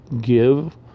give